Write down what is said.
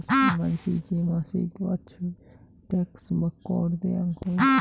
মানসি যে মাছিক বৎসর ট্যাক্স বা কর দেয়াং হই